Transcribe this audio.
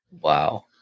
Wow